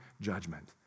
judgment